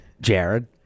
Jared